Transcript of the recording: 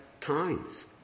times